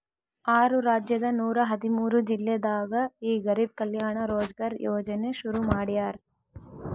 ಆರು ರಾಜ್ಯದ ನೂರ ಹದಿಮೂರು ಜಿಲ್ಲೆದಾಗ ಈ ಗರಿಬ್ ಕಲ್ಯಾಣ ರೋಜ್ಗರ್ ಯೋಜನೆ ಶುರು ಮಾಡ್ಯಾರ್